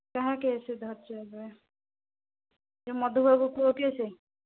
ହଁ କାହାର କେସ୍ ଧରିଛ ଏବେ ଯୋ ମଧୁବାବୁ ପୁଅ କେସ୍